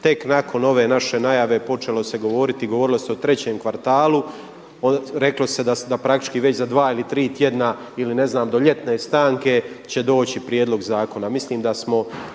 tek nakon ove naše najave počelo se govoriti i govorilo se o trećem kvartalu. Reklo se da praktički već za 2 ili 3 tjedna, ili ne znam, do ljetne stanke, će doći prijedlog zakona.